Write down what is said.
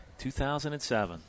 2007